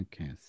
Okay